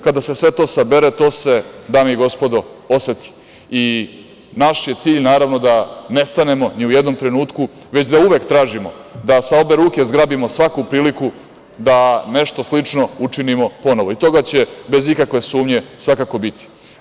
Kada se sve to sabere to se, dame i gospodo, oseti i naš je cilj, naravno, da ne stanemo ni u jednom trenutku, već da uvek tražimo da sa obe ruke zgrabimo svaku priliku da nešto slično učinimo ponovo i toga će bez ikakve sumnje svakako biti.